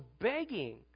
begging